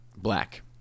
black